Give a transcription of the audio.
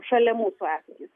šalia mūsų esantys